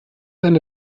eine